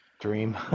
dream